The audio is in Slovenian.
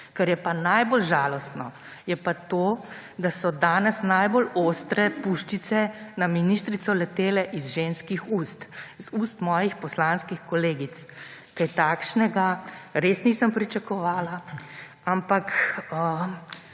Kar je najbolj žalostno, je pa to, da so danes najbolj ostre puščice na ministrico letele iz ženskih ust, iz ust mojih poslanskih kolegic. Česa takšnega res nisem pričakovala, ampak